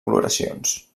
coloracions